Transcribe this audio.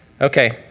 Okay